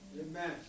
Amen